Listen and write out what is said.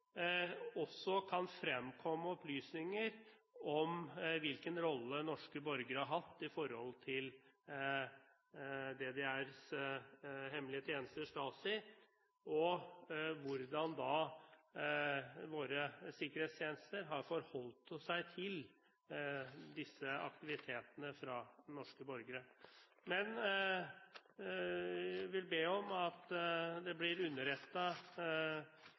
også kan fremkomme opplysninger om hvilken rolle norske borgere har hatt i forhold til DDRs hemmelige tjenester, Stasi, og hvordan våre sikkerhetstjenester har forholdt seg til disse aktivitetene fra norske borgeres side. Jeg vil be om at vi blir